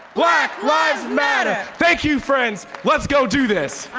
black lives matter. thank you, friends. let's go do this.